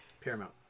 Paramount